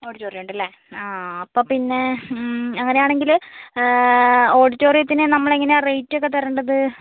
auditorium ഉണ്ട് അല്ലേ ആ അപ്പോൾ പിന്നെ അങ്ങനെ ആണെങ്കിൽ ഓഡിറ്റോറിയതിന് നമ്മൾ എങ്ങനെയാണ് റേറ്റ് ഒക്കെ തരേണ്ടത്